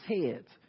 heads